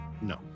No